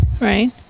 Right